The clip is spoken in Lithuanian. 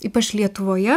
ypač lietuvoje